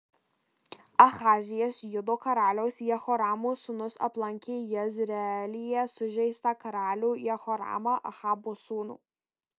ahazijas judo karaliaus jehoramo sūnus aplankė jezreelyje sužeistą karalių jehoramą ahabo sūnų